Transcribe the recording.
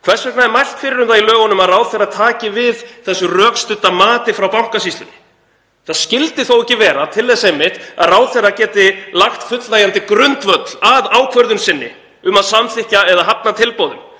Hvers vegna er mælt fyrir um það í lögunum að ráðherra taki við þessu rökstudda mati frá Bankasýslunni? Það skyldi þó ekki vera til þess einmitt að ráðherra geti lagt fullnægjandi grundvöll að ákvörðun sinni um að samþykkja eða hafna tilboðum?